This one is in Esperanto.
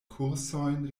kursojn